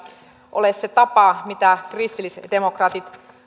ole se tapa mitä kristillisdemokraatit